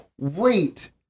wait